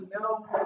No